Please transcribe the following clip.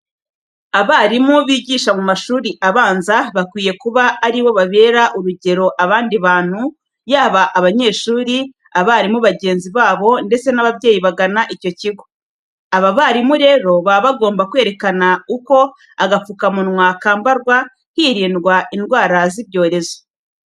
Abarimu bigisha mu mashuri abanza bakwiye kuba ari bo babera urugero abandi bantu yaba abanyeshuri, abarimu bagenzi babo ndetse n'ababyeyi bagana icyo kigo. Aba barimu rero, baba bagomba kwerekana uko agapfukamunwa kambarwa hirindwa indwara z'ibyorezo.